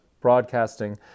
broadcasting